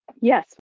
Yes